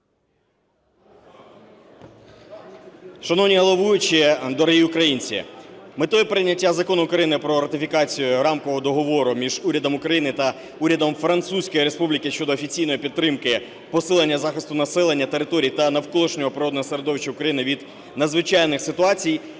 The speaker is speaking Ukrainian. Шановні головуючі! Дорогі українці! Метою прийняття Закону України про ратифікацію Рамкового договору між Урядом України та Урядом Французької Республіки щодо офіційної підтримки посилення захисту населення, територій та навколишнього природного середовища України від надзвичайних ситуацій